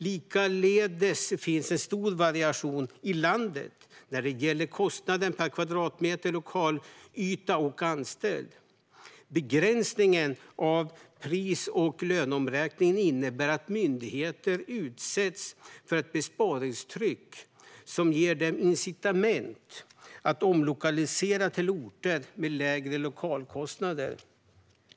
Likaledes finns en stor variation i landet när det gäller kostnaden per kvadratmeter lokalyta och anställd. Begränsningen av pris och löneomräkningen innebär att myndigheter utsätts för ett besparingstryck som ger dem incitament att omlokalisera till orter med lägre lokalkostnader.